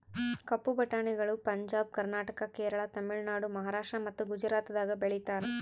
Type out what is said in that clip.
ಕಪ್ಪು ಬಟಾಣಿಗಳು ಪಂಜಾಬ್, ಕರ್ನಾಟಕ, ಕೇರಳ, ತಮಿಳುನಾಡು, ಮಹಾರಾಷ್ಟ್ರ ಮತ್ತ ಗುಜರಾತದಾಗ್ ಬೆಳೀತಾರ